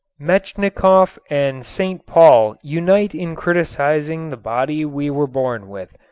metchnikoff and st. paul unite in criticizing the body we were born with.